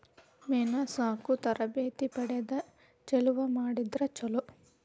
ಮೇನಾ ಸಾಕು ತರಬೇತಿ ಪಡದ ಚಲುವ ಮಾಡಿದ್ರ ಚುಲೊ